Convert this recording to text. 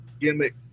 gimmick